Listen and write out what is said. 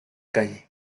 calle